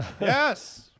Yes